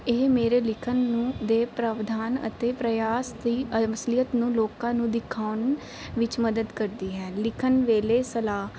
ਇਹ ਮੇਰੇ ਲਿਖਣ ਨੂੰ ਦੇ ਪਰਵਾਧਨ ਅਤੇ ਪ੍ਰਿਆਸ ਦੀ ਨੂੰ ਲੋਕਾਂ ਨੂੰ ਦਿਖਾਉਣ ਵਿੱਚ ਮਦਦ ਕਰਦੀ ਹੈ ਲਿਖਣ ਵੇਲੇ ਸਲਾਹ